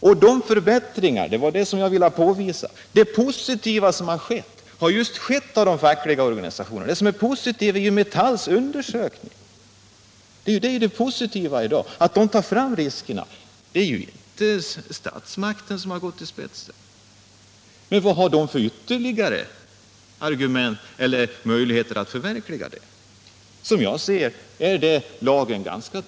Vad jag har velat påvisa är att det positiva som har skett på arbetsmiljöområdet har kommit till efter påtryckningar från de fackliga organisationerna. Ta t.ex. Metalls undersökning. Det positiva i dag är att de fackliga organisationerna påvisar riskerna. Det är här inte statsmakterna som har gått i spetsen. Men vilka ytterligare möjligheter har de fackliga organisationerna att driva igenom sina krav?